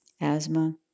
asthma